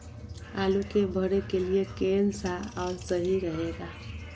आलू के भरे के लिए केन सा और सही रहेगा?